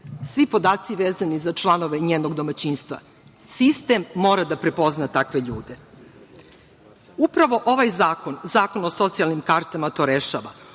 svi podaci vezani za članove njenog domaćinstva. Sistem mora da prepozna takve ljude. Upravo ovaj zakon, zakon o socijalnim kartama to rešava.